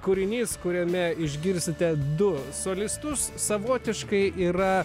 kūrinys kuriame išgirsite du solistus savotiškai yra